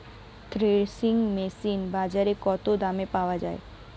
Threshing machine বাজারে কত দামে পাওয়া যায়?